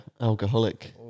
alcoholic